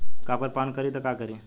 Copper पान करी तब का करी?